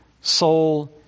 soul